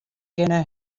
kinne